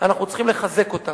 אנחנו צריכים לחזק אותם.